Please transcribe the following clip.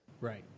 right